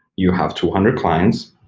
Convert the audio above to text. you have two hundred clients.